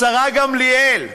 השרה גמליאל,